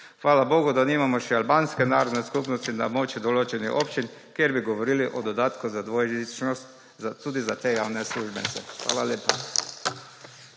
hvala bogu, da nimamo še albanske narodne skupnosti na območju določenih občin, kjer bi govorili o dodatku za dvojezičnost tudi za te javne uslužbence. Hvala lepa.